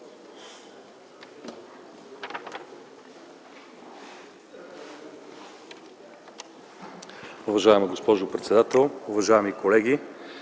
Уважаема госпожо председател, уважаеми колеги!